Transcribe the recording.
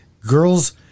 girls